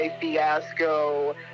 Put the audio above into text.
fiasco